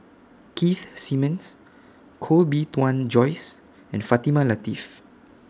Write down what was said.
Keith Simmons Koh Bee Tuan Joyce and Fatimah Lateef